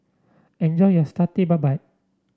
enjoy your Satay Babat